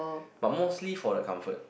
but mostly for the comfort